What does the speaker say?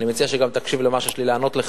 אני מציע שגם תקשיב למה שיש לי להשיב לך